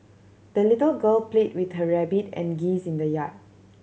the little girl played with her rabbit and geese in the yard